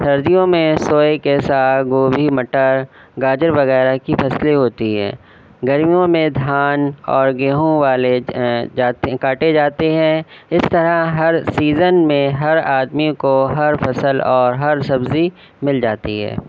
سردیوں میں سوئے کے ساگ گوبھی مٹر گاجر وغیرہ کی فصلیں ہوتی ہیں گرمیوں میں دھان اور گیہوں والے کاٹے جاتے ہیں اس طرح ہر سیزن میں ہر آدمی کو ہر فصل اور ہر سبزی مل جاتی ہے